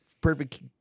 perfect